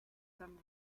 some